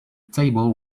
table